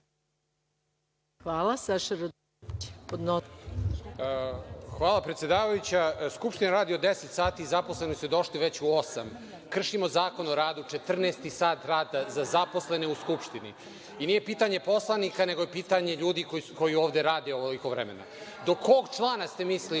**Saša Radulović** Hvala predsedavajuća. Skupština radi od deset sati. Zaposleni su došli već u osam. Kršimo Zakon o radu, četrnaesti sat rada za zaposlene u Skupštini. I nije pitanje poslanika nego pitanje ljudi koji ovde rade ovoliko vremena. Do kog člana ste mislili,